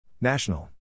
National